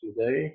today